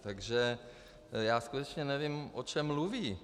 Takže já skutečně nevím, o čem mluví.